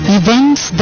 events